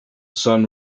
sun